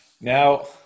Now